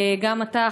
גם אתה,